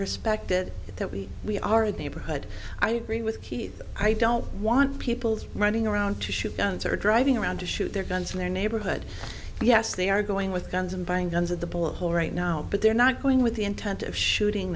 respected that we we are a neighborhood i agree with keith i don't want people running around to shoot guns or driving around to shoot their guns in their neighborhood yes they are going with guns and buying guns at the bullet hole right now but they're not going with the intent of shooting